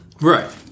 Right